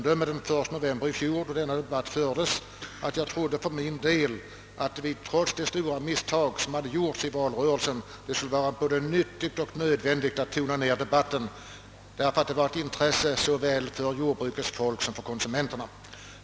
Den 1 november i fjol då debatt i denna fråga fördes yttrade jag som slutomdöme att det nog trots de stora misstag som gjorts skulle vara nyttigt att tona ned debatten — det skulle vara av intresse både för jordbrukets folk och konsumenterna.